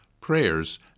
prayers